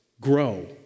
grow